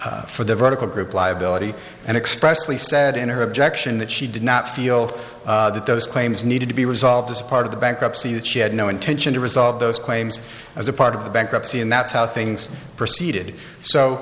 claims for the vertical group liability and expressly said in her objection that she did not feel that those claims needed to be resolved as part of the bankruptcy that she had no intention to resolve those claims as a part of the bankruptcy and that's how things proceeded so